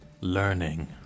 learning